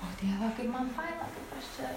o dieve kaip man faina kaip aš čia